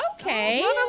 Okay